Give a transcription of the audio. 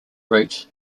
route